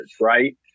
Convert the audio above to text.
Right